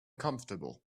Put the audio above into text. comfortable